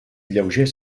lleuger